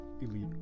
elite